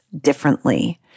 differently